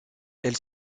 elle